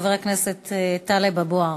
חבר הכנסת טלב אבו עראר.